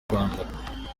rwanda